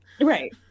Right